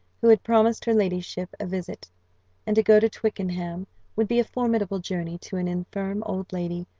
who had promised her ladyship a visit and to go to twickenham would be a formidable journey to an infirm old lady,